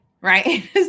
Right